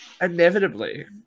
inevitably